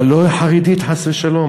אבל לא חרדית, חס ושלום,